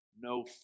No